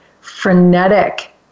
frenetic